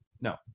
No